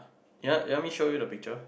you want you want me show you the picture